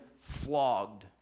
flogged